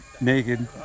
naked